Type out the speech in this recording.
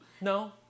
No